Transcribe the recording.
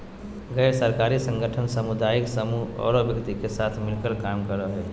गैर सरकारी संगठन सामुदायिक समूह औरो व्यक्ति के साथ मिलकर काम करो हइ